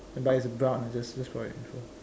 but is brown just just for your info